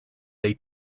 they